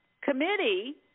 committee